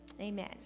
amen